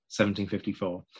1754